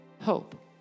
hope